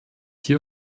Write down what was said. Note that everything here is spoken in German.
hier